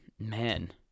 Man